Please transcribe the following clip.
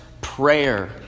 prayer